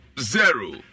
zero